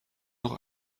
noch